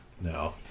No